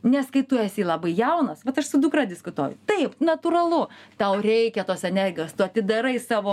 nes kai tu esi labai jaunas vat aš su dukra diskutuoju taip natūralu tau reikia tos energijos tu atidarai savo